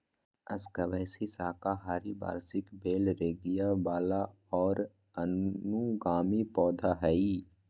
squash साकाहारी वार्षिक बेल रेंगय वला और अनुगामी पौधा हइ